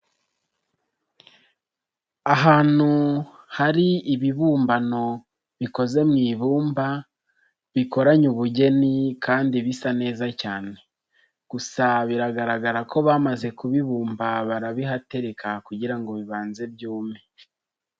Ahantu hari ibibumbano bikoze mu ibumba bikoranye ubugeni kandi bisa neza cyane, gusa biragaragara ko bamaze kubibumba barabihatereka kugirango ngo bibanze byume.